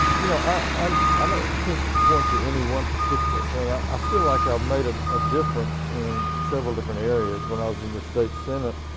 you know ah i can't point to any one particular thing, i i feel like i made a ah difference in several different areas. when i was in the state senate,